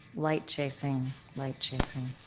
light chasing, light chasing.